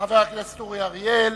חבר הכנסת אורי אריאל,